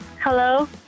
Hello